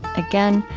again,